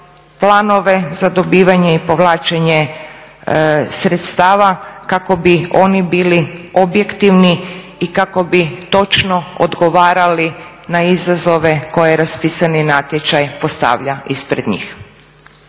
planove za dobivanje i povlačenje sredstava kako bi oni bili objektivni i kako bi točno odgovarali na izazove koje raspisani natječaj postavlja ispred njih.